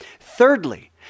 Thirdly